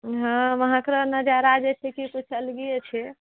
हँ वहाँके नजारा जे छै जेकि किछु अलगे छै